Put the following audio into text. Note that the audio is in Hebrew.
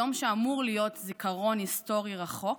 יום שאמור להיות זיכרון היסטורי רחוק,